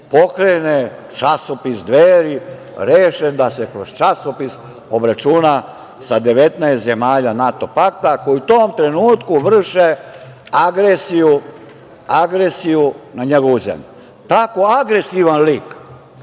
pokrene časopis „Dveri“, rešen da se kroz časopis obračuna sa 19 zemalja NATO pakta koji u tom trenutku vrše agresiju na njegovu zemlju. Tako agresivan lik,